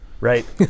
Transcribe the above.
right